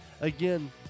Again